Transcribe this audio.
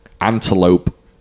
antelope